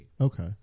Okay